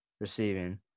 receiving